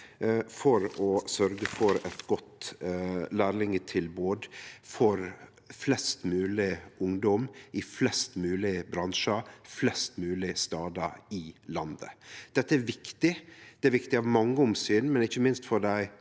for å sørgje for eit godt lærlingtilbod for flest mogleg ungdom i flest mogleg bransjar flest mogleg stadar i landet. Dette er viktig. Det er viktig av mange omsyn, men ikkje minst for dei